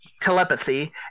telepathy